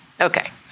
Okay